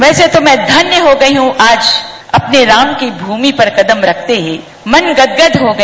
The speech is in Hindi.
वैसे तो मैं धनय हो गई हूं आज अपने राम की भूमि पर कदम रखते ही मन गदगद हो गया